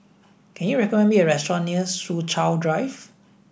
can you recommend me a restaurant near Soo Chow Drive